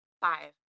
five